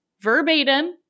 verbatim